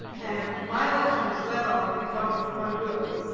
and my election is led on in the conduct of my will